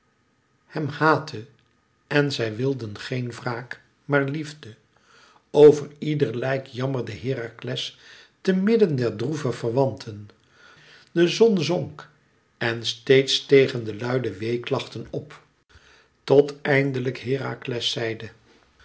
hem haatte en zij wilden geen wraak maar liefde over ieder lijk jammerde herakles te midden der droeve verwanten de zon zonk en steeds stegen de luide weeklachten op tot eindelijk herakles zeide